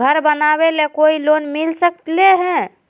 घर बनावे ले कोई लोनमिल सकले है?